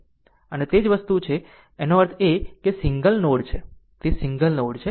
આમ તે જ તે વસ્તુ છે એનો અર્થ એ કે સિંગલ નોડ છે તે સિંગલ નોડ છે